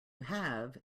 have